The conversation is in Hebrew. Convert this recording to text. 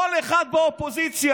כל אחד באופוזיציה,